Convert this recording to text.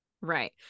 Right